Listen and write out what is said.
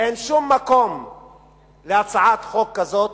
אין שום מקום להצעת חוק כזאת,